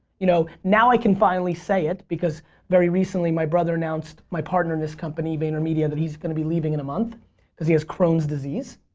you know now i can finally say it because very recently my brother announced, my partner in this company, vaynermedia, that he's going to be leaving in a month cause he has crohn's disease.